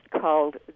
called